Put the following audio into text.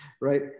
right